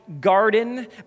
garden